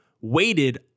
weighted